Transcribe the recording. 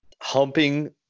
humping